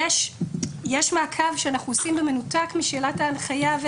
יש מעקב שאנחנו עושים במנותק משאלת ההנחיה,